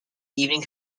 evening